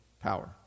power